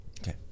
Okay